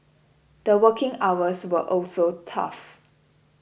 the working hours were also tough